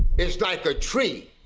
is like a tree.